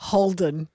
Holden